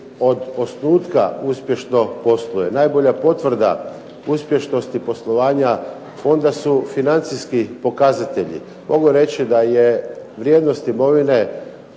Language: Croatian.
od osnutka uspješno posluje. Najbolja potvrda uspješnosti poslovanja Fonda su financijski pokazatelji. Mogu reći da je vrijednost imovine